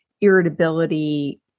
irritability